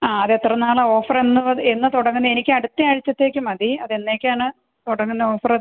ആ അത് എത്ര നാൾ ഓഫർ എന്ന് എന്ന് തുടങ്ങുന്നത് എനിക്ക് അടുത്തയാഴ്ചത്തേക്ക് മതി അത് എന്നത്തേക്കാണ് തുടങ്ങുന്നത് ഓഫർ